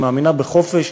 שמאמינה בחופש,